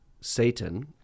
Satan